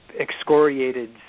excoriated